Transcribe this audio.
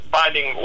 finding